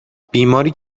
بیماری